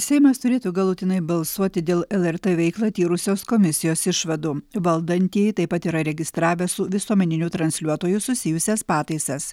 seimas turėtų galutinai balsuoti dėl lrt veiklą tyrusios komisijos išvadų valdantieji taip pat yra registravę su visuomeniniu transliuotoju susijusias pataisas